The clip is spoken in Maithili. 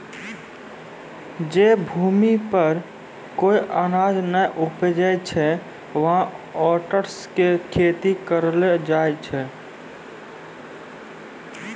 जै भूमि पर कोय अनाज नाय उपजै छै वहाँ ओट्स के खेती करलो जाय छै